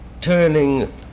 turning